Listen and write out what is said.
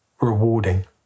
rewarding